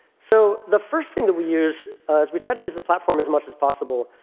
so the first thing that we use is we try to use the platform as much as possible.